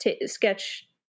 Sketch